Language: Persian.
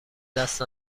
دست